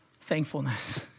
Thankfulness